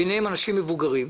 ביניהם אנשים מבוגרים,